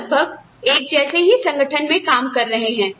हम लगभग एक जैसे ही संगठन में काम कर रहे हैं